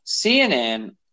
CNN